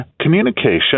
communication